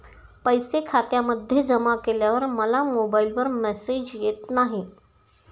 पैसे खात्यामध्ये जमा केल्यावर मला मोबाइलवर मेसेज येत नाही?